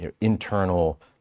internal